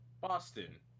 Boston